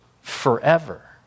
forever